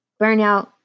burnout